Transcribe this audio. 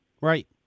right